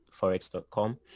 forex.com